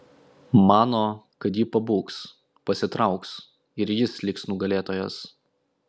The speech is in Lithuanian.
mano kad ji pabūgs pasitrauks ir jis liks nugalėtojas